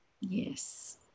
yes